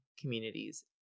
communities